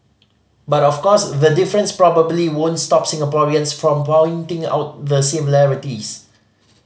but of course the difference probably won't stop Singaporeans from pointing out the similarities